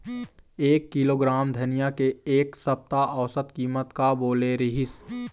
एक किलोग्राम धनिया के एक सप्ता औसत कीमत का बोले रीहिस?